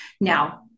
Now